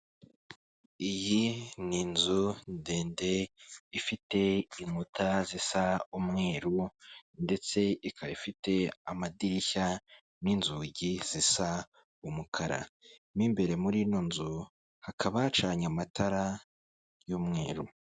Iyi ni inzu ndende ifite inkuta zisa umweru ndetse ikaba ifite amadirishya n'inzugi zisa umukara mo imbere muri ino nzu hakaba hacanye amatara y'umweru.